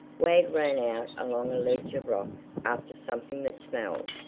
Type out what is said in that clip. wag ran out along a ledge of rock after something that smelled,